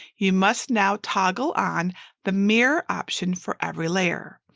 you must now toggle on the mirror option for every layer.